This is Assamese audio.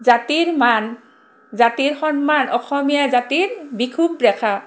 জাতিৰ মান জাতিৰ সন্মান অসমীয়া জাতিৰ বিষূৱ ৰেখা